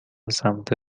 سمت